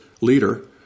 leader